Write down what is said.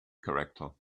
character